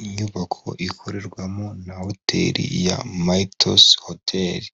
Inyubako ikorerwamo na hoteri ya mayitosi hoteri